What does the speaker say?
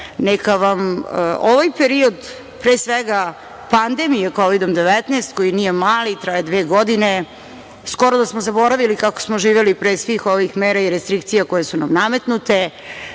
Neka vam ovaj period, pre svega pandemije Kovidom 19, koji nije mali, traje dve godine, skoro da smo zaboravili kako smo živeli pre svih ovih mera i restrikcija koje su nam nametnute,